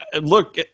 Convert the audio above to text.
look